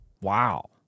wow